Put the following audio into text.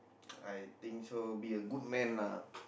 I think so be a good man lah